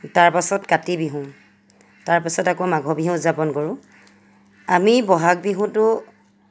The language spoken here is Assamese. তাৰ পাছত কাতি বিহু তাৰ পাছত আকৌ মাঘৰ বিহু উদযাপন কৰোঁ আমি ব'হাগ বিহুটো